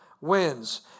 wins